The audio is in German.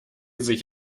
sich